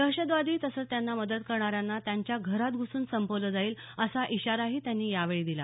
दहशतवादी तसंच त्यांना मदत करणाऱ्यांना त्यांच्या घरात घुसून संपवलं जाईल असा इशारा त्यांनी यावेळी दिला